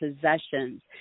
possessions